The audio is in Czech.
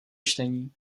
čtení